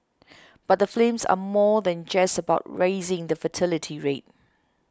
but the films are more than just about raising the fertility rate